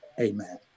amen